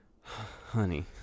honey